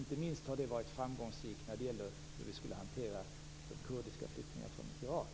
Inte minst har det varit framgångsrikt när det gällt hur vi skall hantera de kurdiska flyktingarna från Irak.